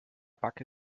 backe